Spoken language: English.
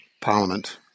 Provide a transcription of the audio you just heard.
Parliament